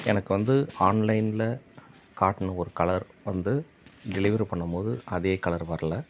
எனக்கு வந்து ஆன்லைனில் காட்டின ஒரு கலர் வந்து டெலிவரி பண்ணும்போது அதே கலர் வர்லை